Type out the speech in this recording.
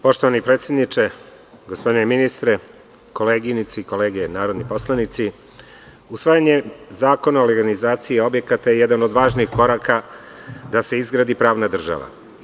Poštovani predsedniče, gospodine ministre, koleginice i kolege narodni poslanici, usvajanje zakona o legalizaciji objekata je jedan od važnih koraka da se izgradi pravna država.